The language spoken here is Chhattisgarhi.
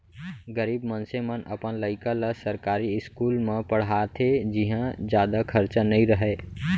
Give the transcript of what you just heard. गरीब मनसे मन अपन लइका ल सरकारी इस्कूल म पड़हाथे जिंहा जादा खरचा नइ रहय